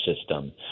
system